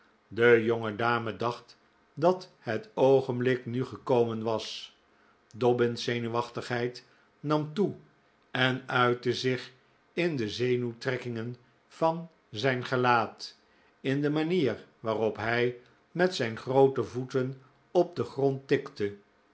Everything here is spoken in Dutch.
de jonge dame dacht dat het oogenblik nu gekomen was dobbin's zenuwachtigheid nam toe en uitte zich in de zenuwtrekkingen van zijn gelaat in de manier waarop hij met zijn groote voeten op den grond tikte